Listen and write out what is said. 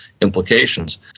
implications